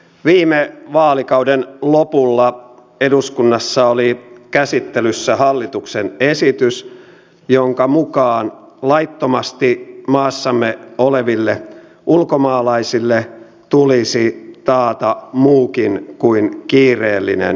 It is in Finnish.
viime vaalikauden lopulla eduskunnassa oli käsittelyssä hallituksen esitys jonka mukaan laittomasti maassamme oleville ulkomaalaisille tulisi taata muukin kuin kiireellinen hoito